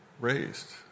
raised